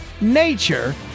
nature